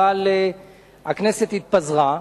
אבל הכנסת התפזרה,